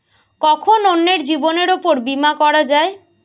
কখন অন্যের জীবনের উপর বীমা করা যায়?